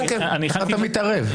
מה אתה מתערב?